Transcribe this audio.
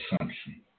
assumption